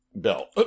bill